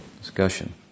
discussion